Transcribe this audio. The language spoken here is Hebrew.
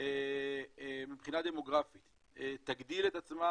מבחינה דמוגרפית תגדיל את עצמה,